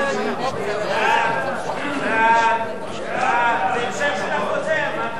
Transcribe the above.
זה המשך של הקודם.